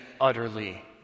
utterly